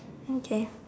okay